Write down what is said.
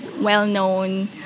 well-known